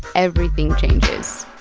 everything changes